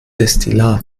destillat